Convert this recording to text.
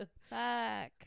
Fuck